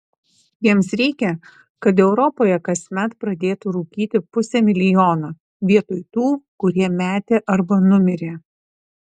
jiems reikia kad europoje kasmet pradėtų rūkyti pusė milijono vietoj tų kurie metė arba numirė